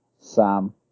Sam